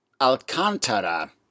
Alcantara